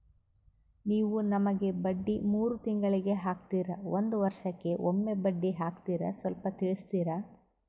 ನೀವು ನಮಗೆ ಬಡ್ಡಿ ಮೂರು ತಿಂಗಳಿಗೆ ಹಾಕ್ತಿರಾ, ಒಂದ್ ವರ್ಷಕ್ಕೆ ಒಮ್ಮೆ ಬಡ್ಡಿ ಹಾಕ್ತಿರಾ ಸ್ವಲ್ಪ ತಿಳಿಸ್ತೀರ?